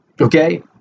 Okay